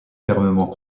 fermement